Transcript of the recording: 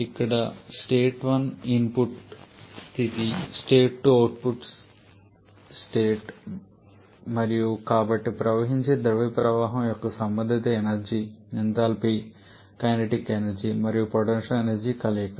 ఇక్కడ మరియు state 1 input స్థితి స్టేట్ 2 అవుట్పుట్ స్టేట్ మరియు కాబట్టి ప్రవహించే ద్రవ ప్రవాహం యొక్క సంబంధిత ఎనర్జీ ఎంథాల్పీ కైనెటిక్ ఎనర్జీ మరియు పొటెన్షియల్ ఎనర్జీ కలయిక